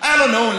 היה לו נאום.